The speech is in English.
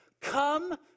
Come